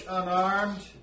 unarmed